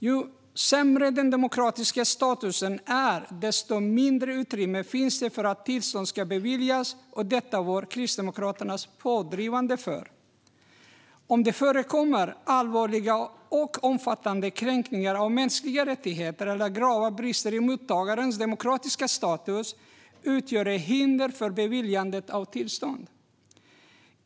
Ju sämre den demokratiska statusen är, desto mindre utrymme finns det för att tillstånd ska beviljas. Kristdemokraterna var pådrivande när det gäller detta. Om det förekommer allvarliga och omfattande kränkningar av mänskliga rättigheter eller grava brister i mottagarens demokratiska status utgör det hinder för beviljande av tillstånd.